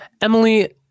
Emily